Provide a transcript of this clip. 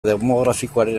demografikoaren